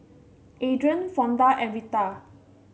Adrian Fonda and Retha